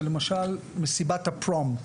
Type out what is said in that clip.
של למשל "מסיבת הפרום",